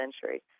century